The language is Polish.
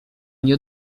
nie